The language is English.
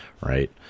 right